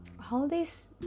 holidays